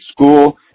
school